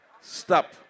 stop